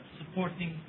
supporting